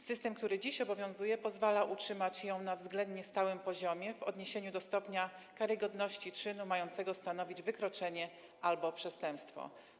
System, który dziś obowiązuje, pozwala utrzymać ją na względnie stałym poziomie w odniesieniu do stopnia karygodności czynu mającego stanowić wykroczenie albo przestępstwo.